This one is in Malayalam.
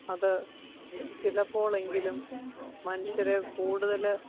അത് ചിലപ്പോഴെങ്കിലും മനുഷ്യരെ കൂടുതൽ